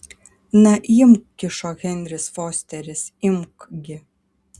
na imk kišo henris fosteris imk gi